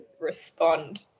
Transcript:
respond